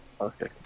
Okay